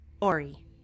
Ori